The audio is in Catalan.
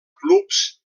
clubs